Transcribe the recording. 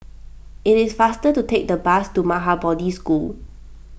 it is faster to take the bus to Maha Bodhi School